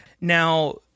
Now